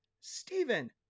Stephen